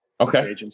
Okay